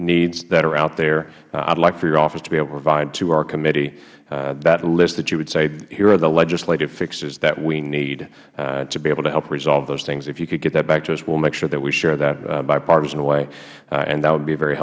needs that are out there i would like for your office to be able to provide to our committee that list that you would say here are the legislative fixes that we need to be able to help resolve those things if you could get that back to us we will make sure that we share that in a bipartisan way and that would be very